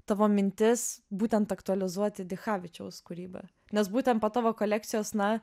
tavo mintis būtent aktualizuoti dichavičiaus kūrybą nes būtent po tavo kolekcijos na